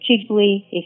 cheaply